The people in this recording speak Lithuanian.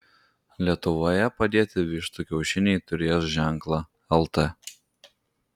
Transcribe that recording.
lietuvoje padėti vištų kiaušiniai turės ženklą lt